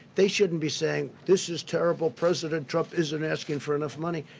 they shouldn't be saying this is terrible, president trump isn't asking for enough money.